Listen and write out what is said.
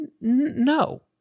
No